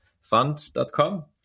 fund.com